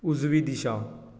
उजवी दिशा